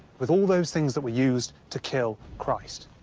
with all those things that were used to kill christ.